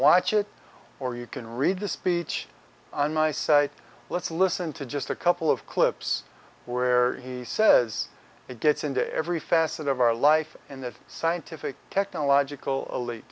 watch it or you can read the speech on my site let's listen to just a couple of clips where he says it gets into every facet of our life and that scientific technological